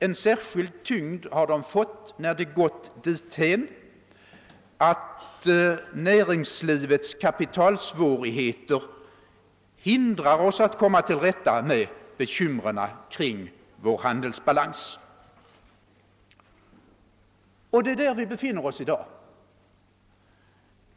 En särskild tyngd har de fått när det gått dithän, att näringslivets kapitalsvårigheter hindrar oss att komma till rätta med bekymren kring vår handelsbalans. Och det är där vi befinner oss i dag.